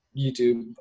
YouTube